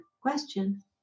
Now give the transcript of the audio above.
question